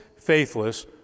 faithless